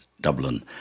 Dublin